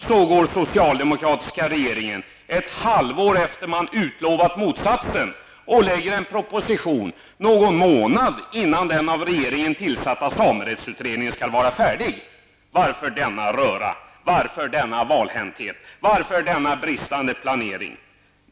Så går den socialdemokratiska regeringen ett halvår efter det att man har utlovat motsatsen och lägger fram en proposition någon månad innan den av regeringen tillsatta samerättsutredningen skall vara färdig. Varför denna röra, varför denna valhänthet, varför denna brist på planering?